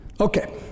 Okay